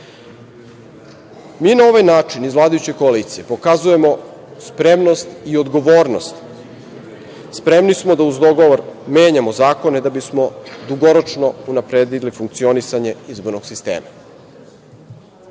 na ovaj način, iz vladajuće koalicije, pokazujemo spremnost i odgovornost. Spremni smo da uz dogovor menjamo zakone da bismo dugoročno unapredili funkcionisanje izbornog sistem. Izmene